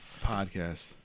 podcast